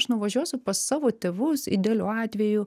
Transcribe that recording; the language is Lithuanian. aš nuvažiuosiu pas savo tėvus idealiu atveju